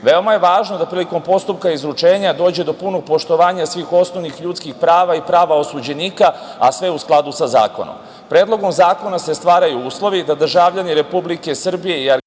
je važno da prilikom postupka izručenja dođe do punog poštovanja svih osnovnih ljudskih prava i prava osuđenika, a sve u skladu sa zakonom. Predlogom zakona se stvaraju uslovi da državljani Republike Srbije i Argentine,